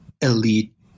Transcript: elite